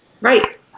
Right